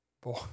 Boy